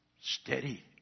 Steady